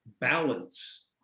balance